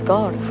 God